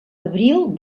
abril